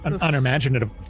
Unimaginative